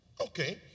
Okay